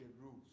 rules